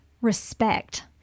respect